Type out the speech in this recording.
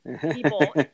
people